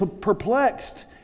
perplexed